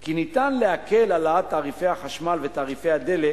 כי ניתן להקל את העלאת תעריפי החשמל ותעריפי הדלק